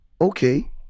Okay